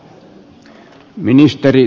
herra puhemies